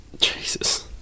Jesus